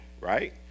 right